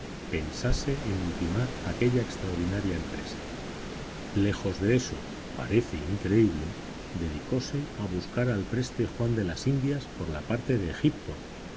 pensase en ultimar aquella extraordinaria empresa lejos de eso parece increíble dedicóse a buscar al preste juan de las indias por la parte de